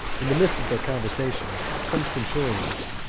in the midst of their conversation, some centurions,